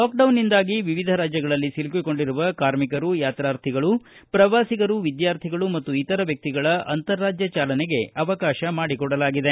ಲಾಕ್ಡೌನ್ನಿಂದಾಗಿ ವಿವಿಧ ರಾಜ್ಯಗಳಲ್ಲಿ ಸಿಲುಕಿಕೊಂಡಿರುವ ಕಾರ್ಮಿಕರು ಯಾತ್ರಾತ್ರಿಗಳು ಪ್ರವಾಸಿಗರು ವಿದ್ವಾರ್ಥಿಗಳು ಮತ್ತು ಇತರ ವ್ಹಕ್ತಿಗಳ ಅಂತರರಾಜ್ಯ ಚಾಲನೆಗೆ ಅವಕಾಶ ಮಾಡಿಕೊಡಲಾಗಿದೆ